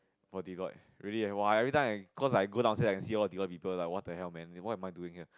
for Deloitte really eh !wah! everytime I cause I go downstairs I can see all the Deloitte people what the hell man what am I doing here